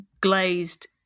glazed